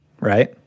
right